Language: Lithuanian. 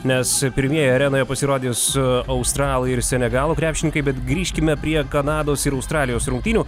nes pirmieji arenoje pasirodys australai ir senegalo krepšininkai bet grįžkime prie kanados ir australijos rungtynių